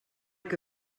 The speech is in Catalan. que